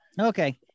Okay